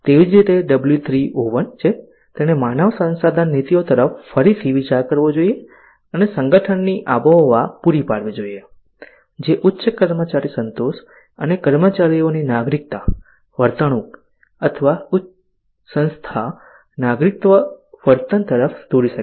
તેવી જ રીતે W3 O1 છે તેણે માનવ સંસાધન નીતિઓ પર ફરીથી વિચાર કરવો જોઈએ અને સંગઠનની આબોહવા પૂરી પાડવી જોઈએ જે ઉચ્ચ કર્મચારી સંતોષ અને કર્મચારીઓની નાગરિકતા વર્તણૂક અથવા સંસ્થા નાગરિકત્વ વર્તન તરફ દોરી શકે